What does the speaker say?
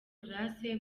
grace